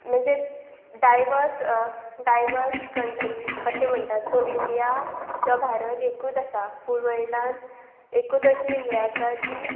म्हणजे diverse diverse country अशें म्हणटात सो इंडिया किंवां भारत एकूच आसा फूल वल्डलान एकूत अशी हे आसा जी